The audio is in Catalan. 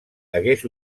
hagués